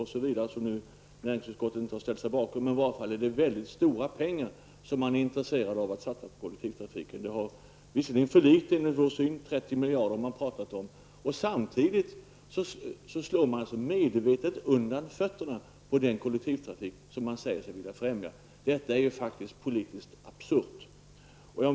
Näringsutskottet har i och för sig inte ställt sig bakom detta, men det är i varje fall fråga om mycket stora pengar som man är intresserad av att satsa på kollektivtrafiken. Det är visserligen för litet enligt vår uppfattning. Det har talats om 30 miljarder. Men samtidigt slår man alltså medvetet undan fötterna på den kollektivtrafik som man säger sig vilja främja. Detta är faktiskt politiskt absurt.